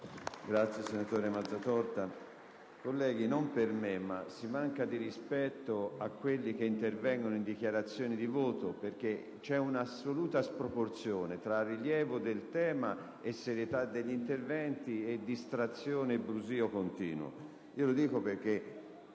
apre una nuova finestra"). Colleghi, non lo dico per me, ma si manca di rispetto a quelli che intervengono in dichiarazione di voto. Vi è un'assoluta sproporzione tra rilievo del tema e serietà degli interventi e distrazione e brusìo continuo.